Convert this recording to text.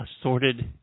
assorted